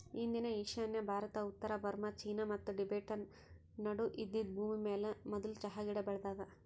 ಇಂದಿನ ಈಶಾನ್ಯ ಭಾರತ, ಉತ್ತರ ಬರ್ಮಾ, ಚೀನಾ ಮತ್ತ ಟಿಬೆಟನ್ ನಡು ಇದ್ದಿದ್ ಭೂಮಿಮ್ಯಾಲ ಮದುಲ್ ಚಹಾ ಗಿಡ ಬೆಳದಾದ